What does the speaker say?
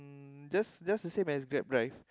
just just the same as Grab Ride